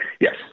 Yes